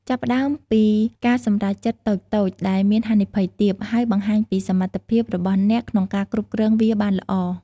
ចាប់ផ្ដើមពី ការសម្រេចចិត្តតូចៗ ដែលមានហានិភ័យទាប ហើយបង្ហាញពីសមត្ថភាពរបស់អ្នកក្នុងការគ្រប់គ្រងវាបានល្អ។